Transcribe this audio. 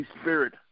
Spirit